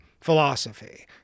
philosophy